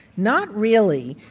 not really.